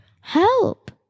Help